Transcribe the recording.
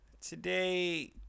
today